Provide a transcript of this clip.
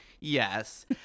yes